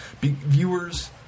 Viewers